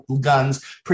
guns